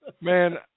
Man